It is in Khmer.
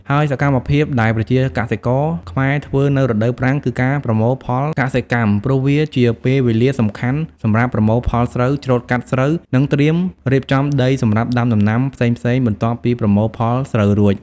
ហើយសកម្មភាពដែលប្រជាជនកសិករខ្មែរធ្វើនៅរដូវប្រាំង គឺជាការប្រមូលផលកសិកម្ម ព្រោះវាជាពេលវេលាសំខាន់សម្រាប់ប្រមូលផលស្រូវ ច្រូតកាត់ ស្រូវ និងត្រៀមរៀបចំដីសម្រាប់ដាំដំណាំផ្សេងៗបន្ទាប់ពីប្រមូលផលស្រូវស្រួច។